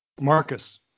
Marcus